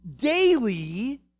daily